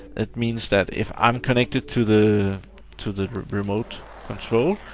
that means that, if i'm connected to the to the remote control,